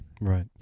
Right